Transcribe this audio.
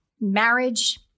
marriage